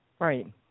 Right